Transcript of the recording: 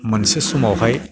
मोनसे समावहाय